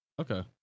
Okay